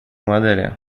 модели